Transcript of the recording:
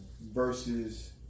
versus